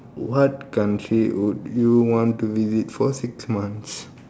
what country would you want to visit for six months